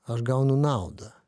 aš gaunu naudą